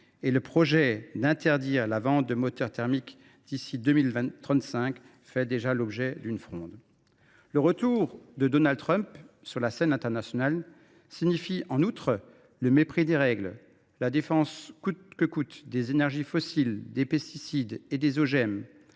que le projet d’interdire la vente de moteurs thermiques d’ici à 2035 suscite déjà une fronde. Le retour de Donald Trump sur la scène internationale signifie en outre le mépris des règles, la défense coûte que coûte des énergies fossiles, l’entrave à la